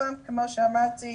כמו שאמרתי,